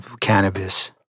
cannabis